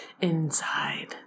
inside